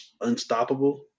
unstoppable